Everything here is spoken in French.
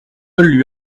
lui